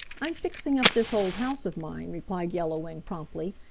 i'm fixing up this old house of mine, replied yellow wing promptly.